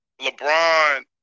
LeBron